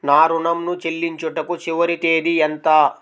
నా ఋణం ను చెల్లించుటకు చివరి తేదీ ఎంత?